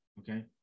Okay